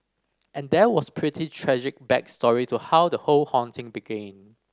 and there was pretty tragic back story to how the whole haunting began